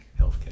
healthcare